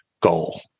goal